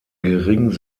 gering